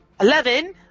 Eleven